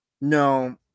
No